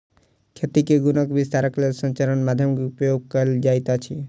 खेती के गुणक विस्तारक लेल संचार माध्यमक उपयोग कयल जाइत अछि